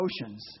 emotions